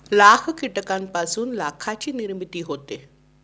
लाख कीटकांपासून लाखाची निर्मिती होते